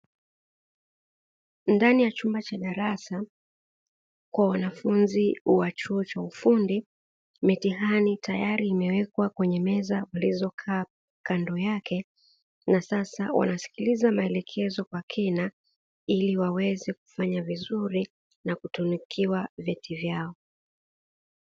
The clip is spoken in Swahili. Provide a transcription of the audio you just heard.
Ndani ya chumba cha darasa kwa wanafunzi wa chuo cha ufundi, mitihani tayari imewekwa kwenye meza walizokaa kando yake, na sasa wanasikiliza maelekezo kwa kina, ili waweze kufanya vizuri na kutunukiwa vyeti vyao.